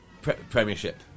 Premiership